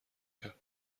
کرد